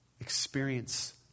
Experience